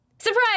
surprise